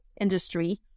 industry